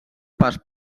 pas